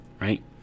right